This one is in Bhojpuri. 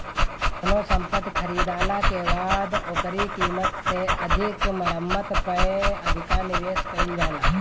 कवनो संपत्ति खरीदाला के बाद ओकरी कीमत से अधिका मरम्मत पअ अधिका निवेश कईल जाला